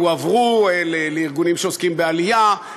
הועברו לארגונים שעוסקים בעלייה,